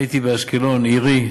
הייתי באשקלון עירי,